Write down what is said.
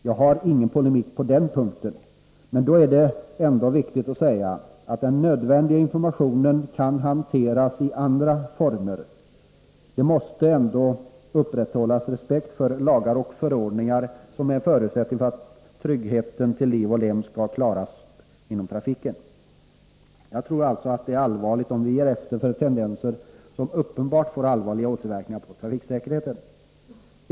Jag går inte in i polemik på den punkten, men det är i sådana fall viktigt att den nödvändiga informationen kan hanteras i andra former. Respekt för lagar och förordningar måste ändå upprätthållas. Det är en förutsättning för att tryggheten till liv och lem skall klaras i trafiken. Jag tror alltså att det är allvarligt om vi ger efter för tendenser som uppenbart får allvarliga återverkningar på trafiksäkerheten.